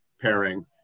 pairing